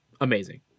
amazing